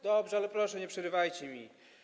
Dobrze, ale proszę, nie przerywajcie mi.